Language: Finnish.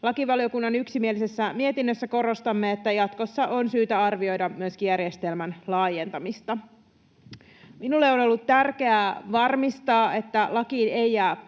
Lakivaliokunnan yksimielisessä mietinnössä korostamme, että jatkossa on syytä arvioida myöskin järjestelmän laajentamista. Minulle on ollut tärkeää varmistaa, että lakiin ei jää